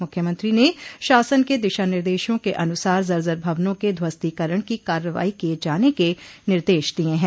मुख्यमंत्री न शासन के दिशा निर्देशों के अनुसार जर्जर भवनों के ध्वस्तीकरण की कार्रवाई किए जाने के निर्देश दिये हैं